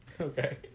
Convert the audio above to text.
Okay